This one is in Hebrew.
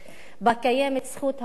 שבה קיימת זכות הדיבור,